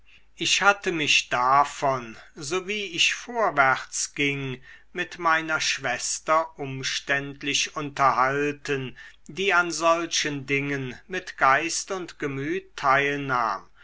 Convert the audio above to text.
ich hatte mich davon so wie ich vorwärts ging mit meiner schwester umständlich unterhalten die an solchen dingen mit geist und gemüt